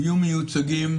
יהיו מיוצגים,